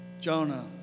Jonah